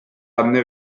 anne